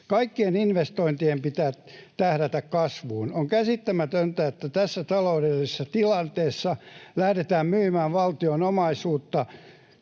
Kaikkien investointien pitää tähdätä kasvuun. On käsittämätöntä, että tässä taloudellisessa tilanteessa lähdetään myymään valtion tuottavaa